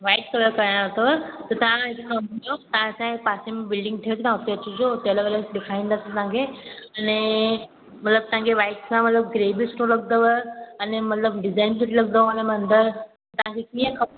white colour कराइणो अथव त तव्हां समुझो तव्हां असांजे पासे में बिल्डिंग ठहनि था उते अचिजो हुते अलॻि अलॻि ॾेखाईंदसि तव्हांखे अने मतलबु तव्हांखे वाइट सां मतलबु ग्रे बि सुठो लॻंदव अने मतलबु डिज़ाइन सुठी लॻंदव अने मंदर तव्हांखे कीअं खपे